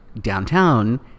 downtown